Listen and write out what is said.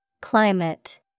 Climate